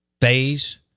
phase